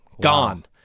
Gone